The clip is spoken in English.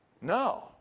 No